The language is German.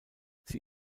sie